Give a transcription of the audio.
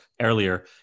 earlier